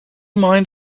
mind